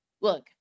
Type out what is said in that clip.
Look